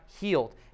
healed